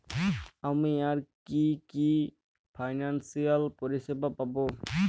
আমি আর কি কি ফিনান্সসিয়াল পরিষেবা পাব?